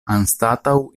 anstataŭ